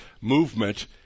movement